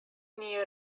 near